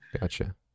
gotcha